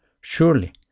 surely